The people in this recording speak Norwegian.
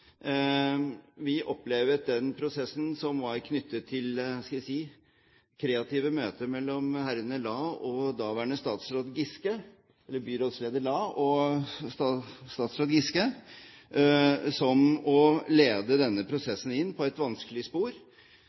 Vi opplevde den prosessen som var knyttet til – hva skal jeg si – kreative møter mellom herrene Lae, den gang byrådsleder, og daværende statsråd Giske, som å lede denne prosessen inn på et vanskelig spor